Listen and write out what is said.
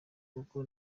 kuko